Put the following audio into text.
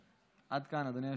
עד כאן, אדוני היושב-ראש.